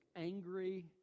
angry